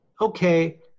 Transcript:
Okay